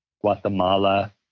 Guatemala